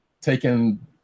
taken